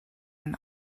and